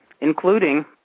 including